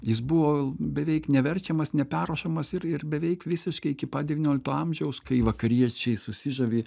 jis buvo beveik neverčiamas ne perrašomas ir ir beveik visiškai iki pat devyniolikto amžiaus kai vakariečiai susižavi